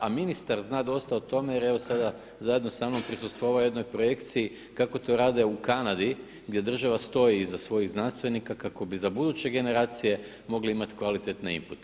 A ministar zna dosta o tome, jer evo sada zajedno sa mnom prisustvovao je jednoj projekciji kako to rade u Kanadi gdje država stoji iza svojih znanstvenika kako bi za buduće generacije mogli imati kvalitetne inpute.